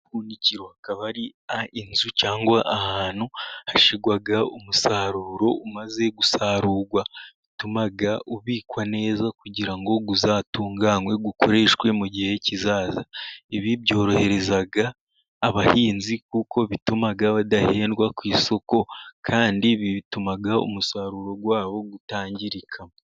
Ubuhunikiro akaba ari inzu cyangwa ahantu hashyirwaga umusaruro umaze gusarurwa, bituma ubikwa neza kugira ngo uzatunganwe, ukoreshwe mu gihe kizaza. Ibi byorohereza abahinzi kuko bituma badahendwa ku isoko, kandi bituma umusaruro wabo utangirika.